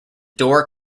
door